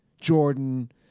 Jordan